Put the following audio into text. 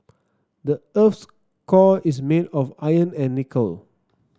the earth's core is made of iron and nickel